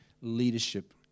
leadership